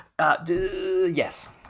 yes